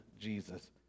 Jesus